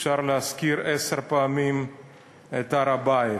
אפשר להזכיר עשר פעמים את הר-הבית.